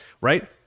Right